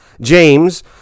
James